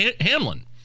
hamlin